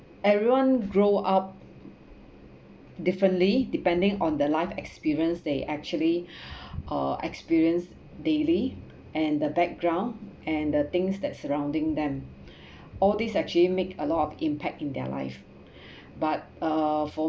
everyone grow up differently depending on the life experience they actually uh experience daily and the background and the things that surrounding them all these actually makes a lot of impact in their life but uh for